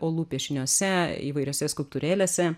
olų piešiniuose įvairiose skulptūrėlėse